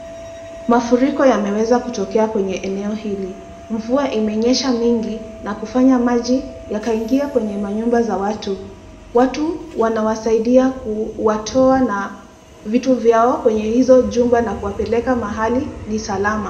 Mafuriko yameweza kutokea kwenye eneo hili. Mvua imenyesha mingi na kufanya maji yakaingia kwenye manyumba za watu. Watu wanawasaidia kuwatoa na vitu vyao kwenye hizo jumba na kuwapeleka mahali ni salama.